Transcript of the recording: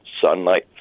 sunlight